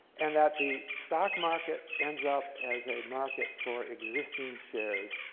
and that the stock market ends up as a market for existing shares.